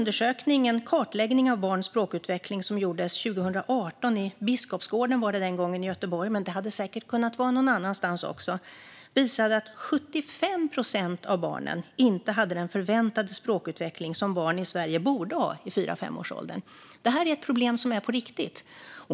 En kartläggning av barns språkutveckling som gjordes 2018 - i Biskopsgården i Göteborg var det den gången, men det hade säkert också kunnat vara någon annanstans - visade att 75 procent av barnen inte hade den förväntade språkutveckling som barn i Sverige borde ha i fyra till femårsåldern. Det här är ett problem som är på riktigt.